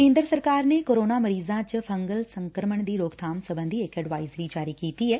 ਕੇਂਦਰ ਸਰਕਾਰ ਨੇ ਕੋਰੋਨਾ ਮਰੀਜ਼ਾਂ ਚ ਫੰਗਲ ਸੰਕਰਮਣ ਦੀ ਰੋਕਬਾਮ ਸਬੰਧੀ ਇਕ ਐਡਵਾਇਜ਼ਰੀ ਜਾਰੀ ਕੀਡੀ ਐ